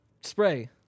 spray